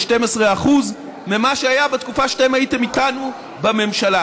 12% ממה שהיה בתקופה שאתם הייתם איתנו בממשלה.